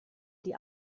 die